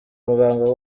muganga